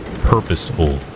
purposeful